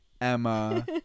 Emma